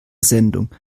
sendung